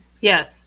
Yes